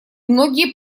многие